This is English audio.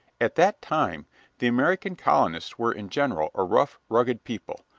at that time the american colonists were in general a rough, rugged people,